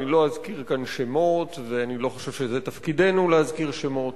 אני לא אזכיר כאן שמות ואני לא חושב שזה תפקידנו להזכיר שמות,